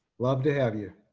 love to have you.